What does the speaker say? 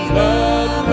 love